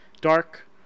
Dark